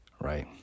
right